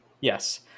Yes